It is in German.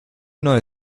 neue